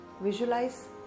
visualize